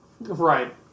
Right